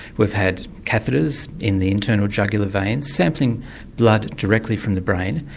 we've had catheters in the internal jugular vein sampling blood directly from the brain,